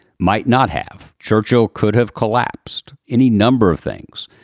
might not have churchill could have collapsed any number of things.